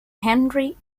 henry